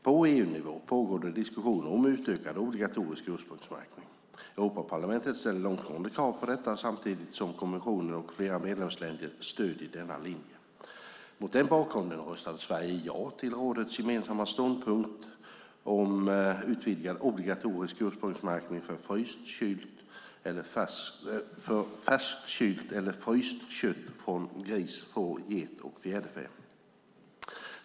På EU-nivå pågår det diskussioner om utökad obligatorisk ursprungsmärkning. Europaparlamentet ställer långtgående krav på detta samtidigt som kommissionen och flera medlemsländer stöder denna linje. Mot den bakgrunden röstade Sverige ja till rådets gemensamma ståndpunkt om utvidgad obligatorisk ursprungsmärkning för färskt, kylt eller fryst kött av gris, får, get och fjäderfä.